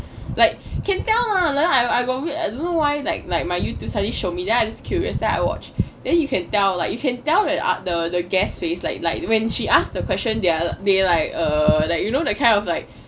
like can tell lah like I got I don't know why like my youtube suddenly show me then I just curious that I watch then you can tell like you can tell uh the guest face like like when she asked the question they're they like uh that you know that kind of like